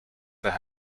their